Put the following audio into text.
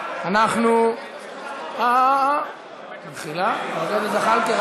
אנחנו, אה, מחילה, חבר הכנסת זחאלקה.